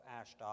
Ashdod